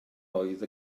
oedd